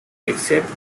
except